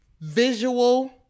visual